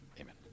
Amen